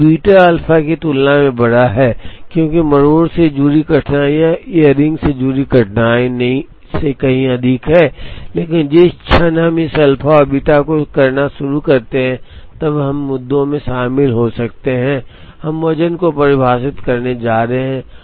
लेकिन beta alpha की तुलना में बड़ा है क्योंकि मरोड़ से जुड़ी कठिनाइयाँ ईयररिंग से जुड़ी कठिनाइयों से कहीं अधिक हैं लेकिन जिस क्षण हम इस अल्फ़ा और बीटा को करना शुरू करते हैं तब हम मुद्दों में शामिल हो जाते हैं हम वज़न को परिभाषित करने जा रहे हैं